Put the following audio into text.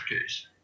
case